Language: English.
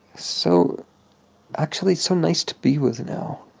so actually so nice to be with now.